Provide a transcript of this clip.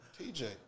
TJ